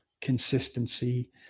consistency